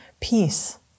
peace